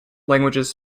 languages